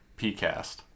PCAST